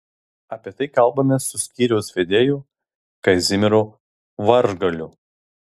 apie tai kalbamės su skyriaus vedėju kazimieru varžgaliu